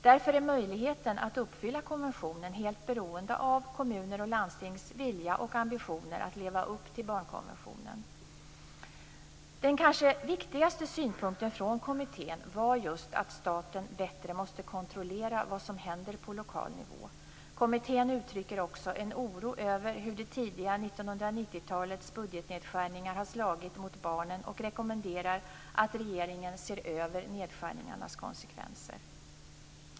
Därför är möjligheten att uppfylla konventionen helt beroende av kommuners och landstingens vilja och ambitioner att leva upp till barnkonventionen. Den kanske viktigaste synpunkten från kommittén var just att staten bättre måste kontrollera vad som händer på lokal nivå. Kommittén uttrycker också en oro över hur det tidiga 1990-talets budgetnedskärningar har slagit mot barnen och rekommenderar att regeringen ser över nedskärningarnas konsekvenser.